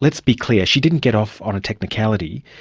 let's be clear, she didn't get off on a technicality.